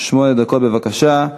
שמונה דקות, בבקשה.